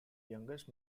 youngest